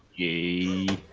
e